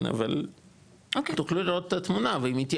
אבל תוכלו לראות את התמונה ואם תהיה